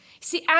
See